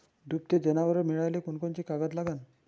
दुभते जनावरं मिळाले कोनकोनचे कागद लागन?